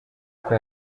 uko